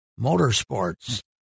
Motorsports